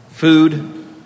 Food